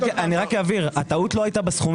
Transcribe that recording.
נכסים שעוברים וזוהי אינה השקעת בעלים.